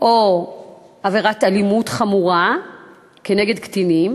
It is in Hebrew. או עבירת מין חמורה נגד קטינים,